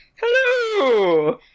Hello